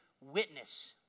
witness